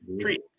treat